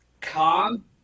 calm